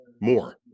more